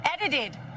edited